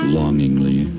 longingly